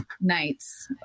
nights